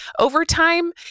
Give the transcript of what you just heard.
Overtime